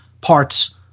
parts